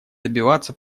добиваться